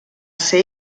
ser